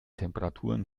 temperaturen